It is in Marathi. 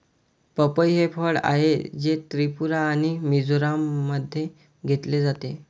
पपई हे फळ आहे, जे त्रिपुरा आणि मिझोराममध्ये घेतले जाते